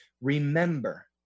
remember